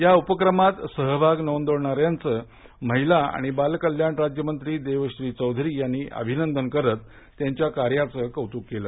या उपक्रमात सहभाग नोंदवणार्याचं महिला आणि बाल कल्याण राज्यमंत्री देवश्री चौधरी यांनी अभिनंदन करत त्यांच्या कार्याचं कौतुक केलं